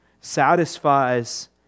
satisfies